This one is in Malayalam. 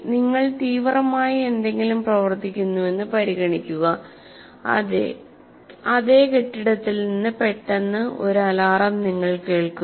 നിങ്ങൾ തീവ്രമായി എന്തെങ്കിലും പ്രവർത്തിക്കുന്നുവെന്ന് പരിഗണിക്കുക അതേ കെട്ടിടത്തിൽ പെട്ടെന്ന് ഒരു അലാറം നിങ്ങൾ കേൾക്കുന്നു